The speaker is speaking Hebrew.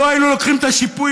לו היינו לוקחים את השיפוי